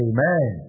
Amen